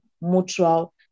mutual